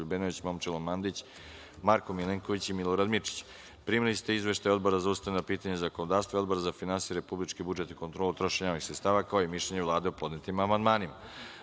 LJubenović, Momčilo Mandić, Marko Milenković i Milorad Mirčić. Primili ste izveštaj Odbora za ustavna pitanja i zakonodavstvo i Odbora za finansije, republički budžet i kontrolu trošenja javnih sredstava kao i mišljenje Vlade o podnetim amandmanima. Pošto